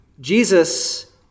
Jesus